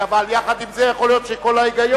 אבל יחד עם זה, יכול להיות שכל ההיגיון,